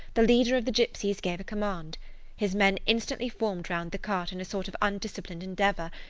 the leader of the gypsies gave a command his men instantly formed round the cart in a sort of undisciplined endeavour,